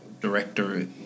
director